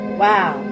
wow